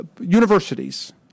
universities